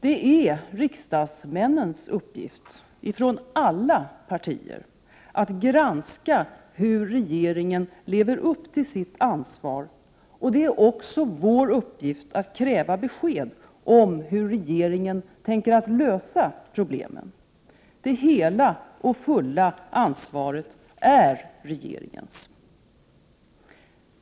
Det är riksdagsmännens uppgift från alla partier att granska hur regeringen lever upp till sitt ansvar, och det är också vår uppgift att kräva besked om hur regeringen tänker lösa problemen. Det hela och fulla ansvaret är regeringens.